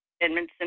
Edmondson